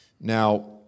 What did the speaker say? Now